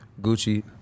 Gucci